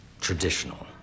traditional